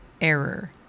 error